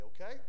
okay